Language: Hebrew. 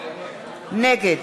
נגד